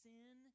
Sin